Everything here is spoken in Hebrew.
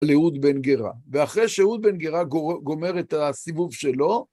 לאהוד בן גרה. ואחרי שאהוד בן גרא גומר את הסיבוב שלו,